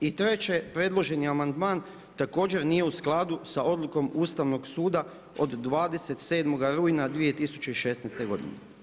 I treće, predloženi amandman također nije u skladu sa odlukom Ustavnog suda od 27. rujna 2016. godine.